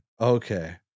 Okay